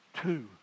Two